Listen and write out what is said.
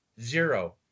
zero